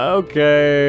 okay